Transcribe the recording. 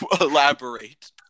Elaborate